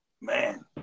Man